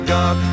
God